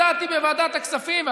הצעתי בוועדת הכספים,